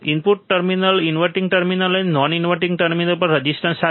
input terminal inverting terminal અને non inverting terminal પર resistor સાથે